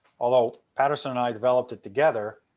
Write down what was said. although patterson and i developed it together,